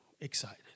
excited